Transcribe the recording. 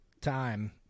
time